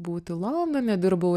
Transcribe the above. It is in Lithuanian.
būti londone dirbau